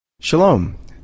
Shalom